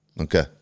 Okay